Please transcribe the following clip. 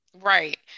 right